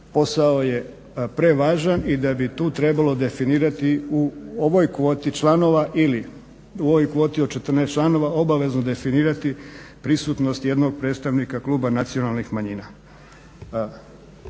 posao je prevažan i da bi tu trebalo definirati u ovoj kvoti od 14 članova obavezno definirati prisutnost jednog predstavnika kluba nacionalnih manjina.